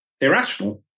irrational